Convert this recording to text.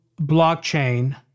blockchain